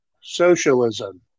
socialism